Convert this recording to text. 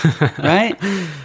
right